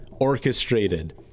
Orchestrated